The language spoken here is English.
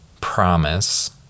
promise